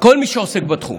כל מי שעוסק בתחום.